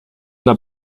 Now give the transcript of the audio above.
der